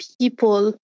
People